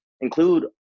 include